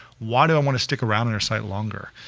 why do i want to stick around on their site longer?